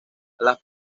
las